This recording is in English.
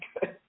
good